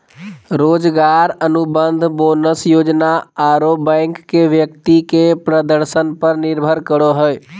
रोजगार अनुबंध, बोनस योजना आरो बैंक के व्यक्ति के प्रदर्शन पर निर्भर करो हइ